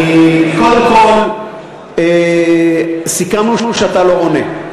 סליחה, אני, קודם כול, סיכמנו שאתה לא עונה.